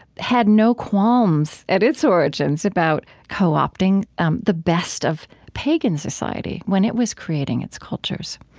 had no qualms at its origins about co-opting um the best of pagan society when it was creating its cultures